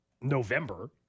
November